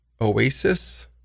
Oasis